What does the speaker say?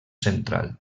central